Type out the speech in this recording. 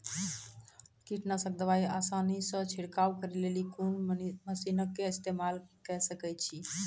कीटनासक दवाई आसानीसॅ छिड़काव करै लेली लेल कून मसीनऽक इस्तेमाल के सकै छी?